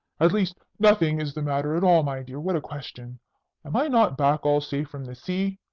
at least, nothing is the matter at all, my dear. what a question! am i not back all safe from the sea?